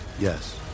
Yes